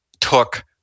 took